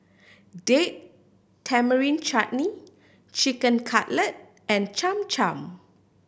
Date Tamarind Chutney Chicken Cutlet and Cham Cham